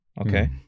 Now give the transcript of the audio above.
Okay